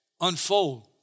unfold